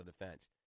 Defense